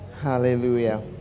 hallelujah